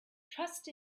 trust